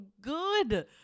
good